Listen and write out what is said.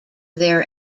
their